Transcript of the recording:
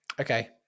Okay